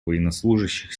военнослужащих